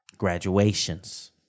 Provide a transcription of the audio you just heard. Graduations